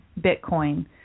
Bitcoin